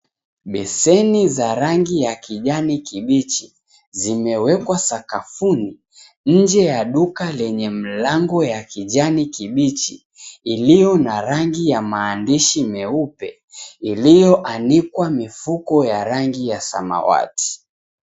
Beseni za rangi ya kijani kibichi zimewekwa sakafuni nje ya duka lenye milango ya kijani kibichi iliyo na rangi ya maandishi meupe iliyo andikwa mifuko ya rangi ya samawati.